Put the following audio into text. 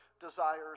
desires